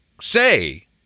say